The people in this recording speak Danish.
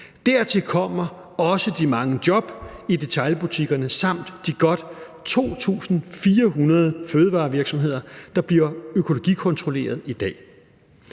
Dertil kommer også de mange job i detailbutikkerne samt de godt 2.400 fødevarevirksomheder, der bliver økologikontrolleret i dag.